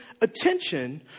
attention